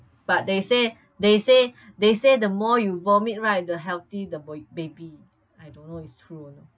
but they say they say they say the more you vomit right the healthy the boy baby I don't know it's true or